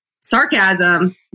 sarcasm